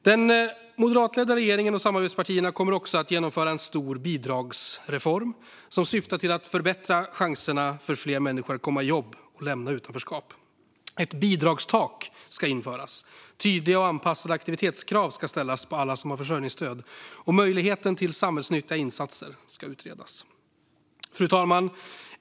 Den moderatledda regeringen och samarbetspartierna kommer också att genomföra en stor bidragsreform som syftar till att förbättra chanserna för fler människor att komma i jobb och lämna utanförskapet. Ett bidragstak ska införas, tydliga och anpassade aktivitetskrav ska ställas på alla som har försörjningsstöd och möjligheten till samhällsnyttiga insatser ska utredas. Fru talman!